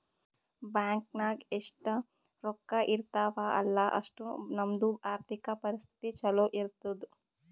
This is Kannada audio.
ಬ್ಯಾಂಕ್ ನಾಗ್ ಎಷ್ಟ ರೊಕ್ಕಾ ಇರ್ತಾವ ಅಲ್ಲಾ ಅಷ್ಟು ನಮ್ದು ಆರ್ಥಿಕ್ ಪರಿಸ್ಥಿತಿ ಛಲೋ ಇರ್ತುದ್